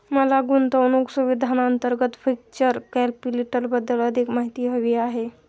मला गुंतवणूक सुविधांअंतर्गत व्हेंचर कॅपिटलबद्दल अधिक माहिती हवी आहे